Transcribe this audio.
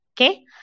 okay